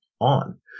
on